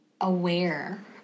aware